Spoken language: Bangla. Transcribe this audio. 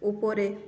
উপরে